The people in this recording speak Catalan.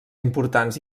importants